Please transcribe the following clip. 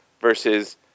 versus